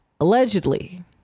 Allegedly